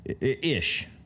ish